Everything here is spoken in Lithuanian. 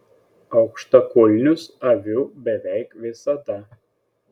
aukštakulnius aviu beveik visada